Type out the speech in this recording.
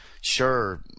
Sure